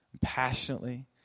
passionately